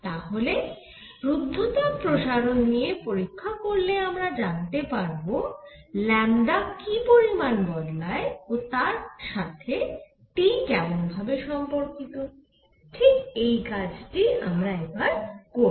তাহলে রূদ্ধতাপ প্রসারণ নিয়ে পরীক্ষা করলে আমরা জানতে পারব কি পরিমাণ বদলায় ও তার সাথে T কেমন ভাবে সম্পর্কিত ঠিক এই কাজটিই আমরা এবার করব